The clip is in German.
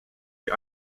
die